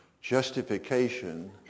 justification